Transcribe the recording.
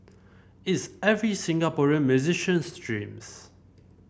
it's every Singaporean musician's dreams